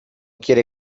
quiere